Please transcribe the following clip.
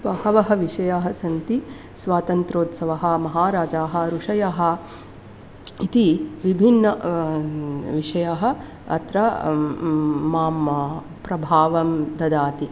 बहवः विषयाः सन्ति स्वातन्त्र्योत्सवः महाराजाः ऋषयः इति विभिन्नविषयाः अत्र मां प्रभावं ददाति